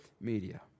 media